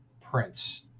Prince